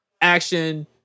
action